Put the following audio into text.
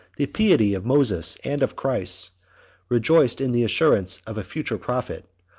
the piety of moses and of christ rejoiced in the assurance of a future prophet,